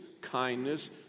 kindness